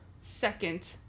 second